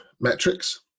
metrics